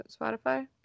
spotify